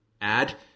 add